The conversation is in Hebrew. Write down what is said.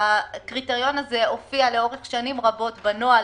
הקריטריון הזה הופיע לאורך שנים רבות בנוהל